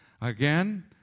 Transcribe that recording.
Again